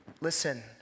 Listen